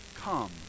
come